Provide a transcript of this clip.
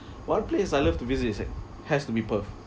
one place I love to visit is i~ has to be perth